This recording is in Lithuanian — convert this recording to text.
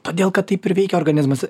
todėl kad taip ir veikia organizmas